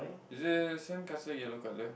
is it same castle yellow color